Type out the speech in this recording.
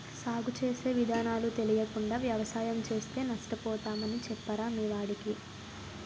సాగు చేసే విధానాలు తెలియకుండా వ్యవసాయం చేస్తే నష్టపోతామని చెప్పరా మీ వాడికి